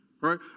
Right